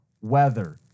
weather